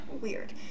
weird